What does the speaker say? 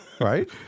Right